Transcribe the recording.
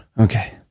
okay